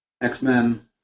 X-Men